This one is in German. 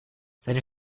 seine